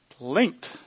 linked